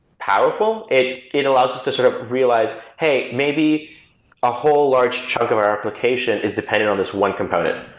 powerful. it it allows us to sort of realize, hey, maybe a whole large chunk of our application is dependent on this one component.